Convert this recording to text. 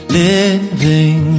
living